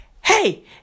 Hey